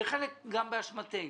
הוא חלק גם באשמתנו,